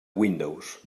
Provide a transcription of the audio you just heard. windows